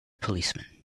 policeman